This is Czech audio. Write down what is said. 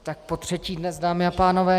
Tak potřetí dnes, dámy a pánové.